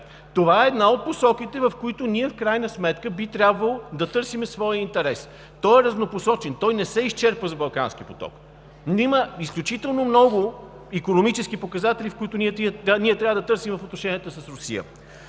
Това е една от посоките, в които ние в крайна сметка би трябвало да търсим своя интерес. Той е разнопосочен, той не се изчерпва с Балкански поток, но има изключително много икономически показатели, които трябва да търсим в отношенията с Русия.